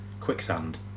quicksand